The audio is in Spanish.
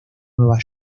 nueva